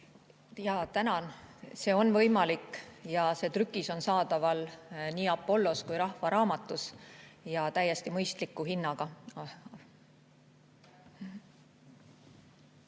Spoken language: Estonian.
Tänan! See on võimalik. See trükis on saadaval nii Apollos kui ka Rahva Raamatus ja täiesti mõistliku hinnaga.